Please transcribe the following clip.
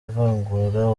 ivangura